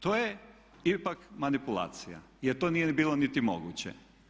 To je ipak manipulacija jer to nije bilo niti moguće.